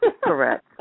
Correct